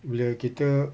bila kita